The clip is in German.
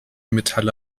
metalle